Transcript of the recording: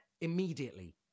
Immediately